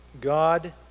God